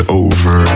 over